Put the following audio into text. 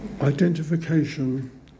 Identification